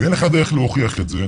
ואיך לך דרך להוכיח את זה,